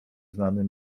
znany